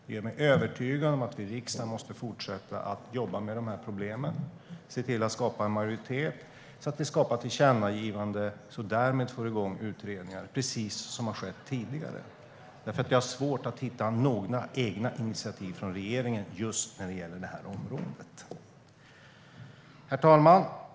Det gör mig övertygad om att vi i riksdagen måste fortsätta jobba med de här problemen och se till att skapa en majoritet så att vi skapar tillkännagivanden och därmed får igång utredningar, precis som har skett tidigare. Vi har svårt att hitta några egna initiativ från regeringen när det gäller det här området. Herr talman!